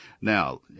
Now